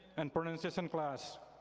and pronunciation class.